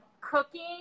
cooking